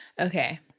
Okay